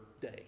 day